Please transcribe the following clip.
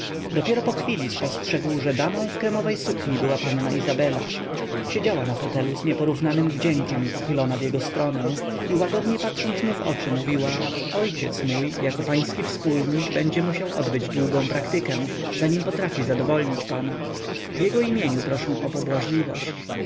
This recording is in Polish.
dopiero po chwili spostrzegł że damą w kremowej sukni była panna izabela siedziała na fotelu z nieporównanym wdziękiem pochylona w jego stronę i łagodnie patrząc mu w oczy mówiła ojciec mój jako pański wspólnik będzie musiał odbyć długą praktykę zanim potrafi zadowolnić pana w jego imieniu proszę o pobłażliwość